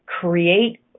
Create